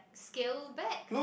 scale back